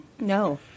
No